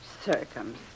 Circumstances